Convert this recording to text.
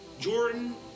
Jordan